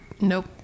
Nope